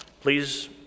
please